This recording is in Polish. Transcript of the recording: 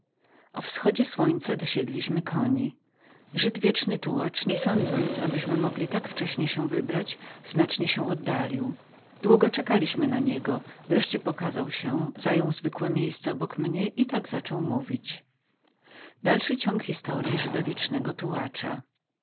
razem ze wschodem słońca dosiedliśmy koni żyd wieczny tułacz nie sądząc abyśmy mogli tak wcześnie się wybrać znacznie się był oddalił długo czekaliśmy na niego wreszcie pokazał się zabrał zwykłe miejsce obok mnie i tak zaczął mówić